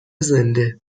زنده